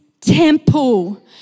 temple